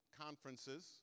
conferences